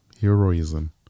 heroism